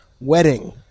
wedding